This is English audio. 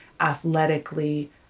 athletically